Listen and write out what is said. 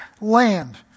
land